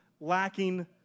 lacking